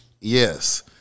yes